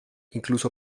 incluso